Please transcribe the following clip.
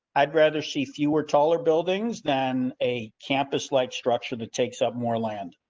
i'd rather see fewer taller buildings than a campus, like, structure that takes up more land.